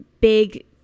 big